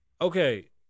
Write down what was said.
Okay